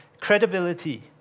Credibility